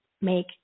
make